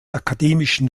akademischen